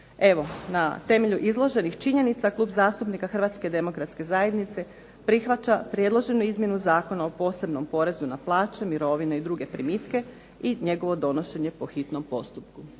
Evo na temelju izloženih činjenica Klub zastupnika HDZ-a prihvaća predloženu izmjenu Zakona o posebnom porezu na plaće, mirovine i druge primitke i njegovo donošenje po hitnom postupku.